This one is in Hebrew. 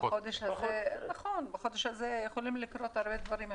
בחודש הזה יכולים לקרות המון דברים.